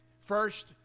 First